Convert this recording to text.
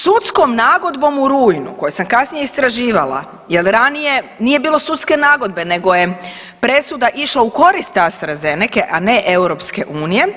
Sudskom nagodbom u rujnu koje sam kasnije istraživala, jer ranije nije bilo sudske nagodbe, nego je presuda išla u korist Astra Zenece, a ne EU.